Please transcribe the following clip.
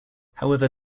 however